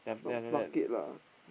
not bucket lah